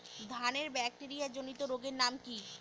ধানের ব্যাকটেরিয়া জনিত রোগের নাম কি?